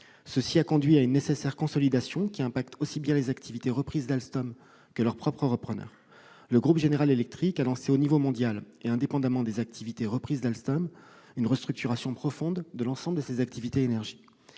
Cela a conduit à une nécessaire consolidation qui affecte aussi bien les activités reprises d'Alstom que leur repreneur lui-même. Le groupe General Electric a lancé au niveau mondial, et indépendamment des activités reprises d'Alstom, une restructuration profonde de l'ensemble de ses activités énergie.